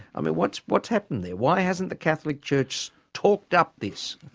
i mean what's what's happened there? why hasn't the catholic church talked up this?